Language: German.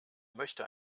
möchte